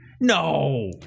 No